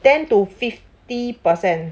ten to fifty percent